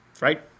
right